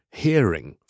hearing